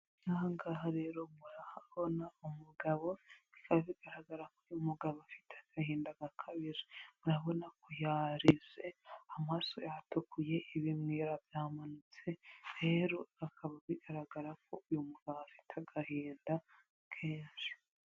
Ahangaha rero murahabona umugabo bikaba bigaragarako uyu mugabo afite agahinda gakabije, murabonako yarize amaraso yatukuye ibimwira byamanutse rero akaba bigaragarako uyu mugabo afite agahinda kenshi.